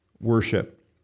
worship